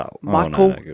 Michael